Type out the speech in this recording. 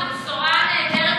זו בשורה נהדרת,